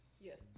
Yes